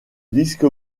disque